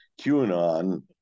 QAnon